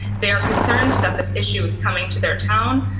they're concerned that this issue is coming to their town.